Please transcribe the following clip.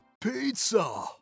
Pizza